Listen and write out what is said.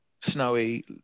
Snowy